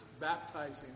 baptizing